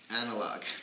analog